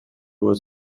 was